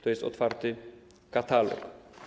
To jest otwarty katalog.